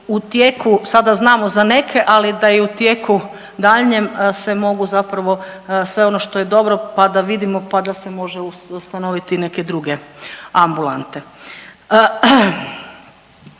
u tijeku, sada znamo za neke, ali da i u tijeku daljnjem se mogu zapravo sve ono što je dobro pa da vidimo pa da se može ustanoviti neke druge ambulante.